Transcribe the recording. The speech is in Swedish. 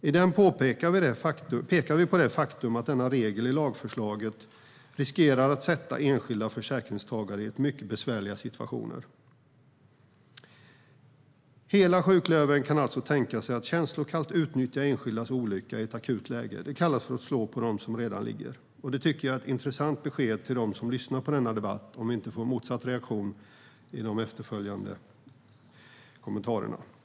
I motionen pekar vi på det faktum att denna regel i lagförslaget riskerar att sätta enskilda försäkringstagare i mycket besvärliga situationer. Hela sjuklövern kan alltså tänka sig att känslokallt utnyttja enskildas olycka i ett akut läge. Det kallas för att slå på dem som redan ligger! Det tycker jag är ett intressant besked till dem som lyssnar på denna debatt, om vi inte får en motsatt reaktion i de efterföljande kommentarerna. Herr talman!